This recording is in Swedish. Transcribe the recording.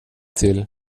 till